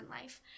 life